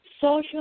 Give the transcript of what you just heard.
social